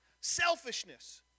Selfishness